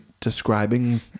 describing